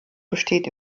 besteht